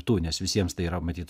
tų nes visiems tai yra matyt